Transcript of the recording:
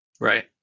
Right